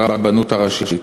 ברבנות הראשית?